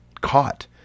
caught